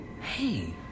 Hey